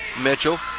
Mitchell